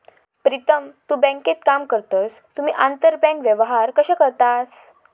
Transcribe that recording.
प्रीतम तु बँकेत काम करतस तुम्ही आंतरबँक व्यवहार कशे करतास?